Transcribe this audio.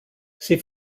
sie